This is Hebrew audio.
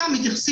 החלטה.